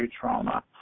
trauma